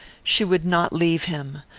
she would not leave him,